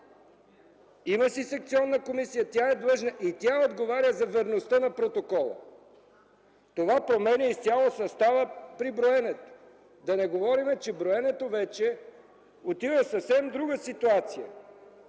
Има си секционна комисия, тя е длъжна и тя отговаря за верността на протокола. Това променя изцяло състава при броенето, да не говорим, че броенето вече отива в съвсем друга ситуация.